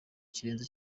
kirenze